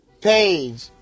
page